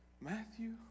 Matthew